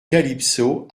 calypso